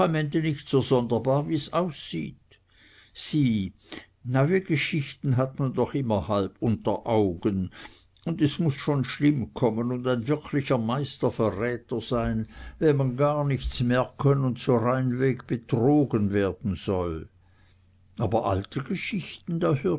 nicht so sonderbar wie's aussieht fuhr käthe fort sieh neue geschichten hat man doch immer halb unter augen und es muß schon schlimm kommen und ein wirklicher meisterverräter sein wenn man gar nichts merken und so reinweg betrogen werden soll aber alte geschichten da